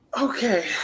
okay